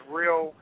real